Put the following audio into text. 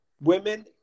women